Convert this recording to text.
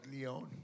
Leon